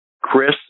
Chris